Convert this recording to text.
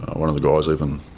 one of the guys even,